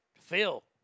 Phil